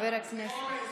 חבר הכנסת מאיר